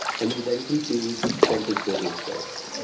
and we then can choose census business builder.